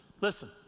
Listen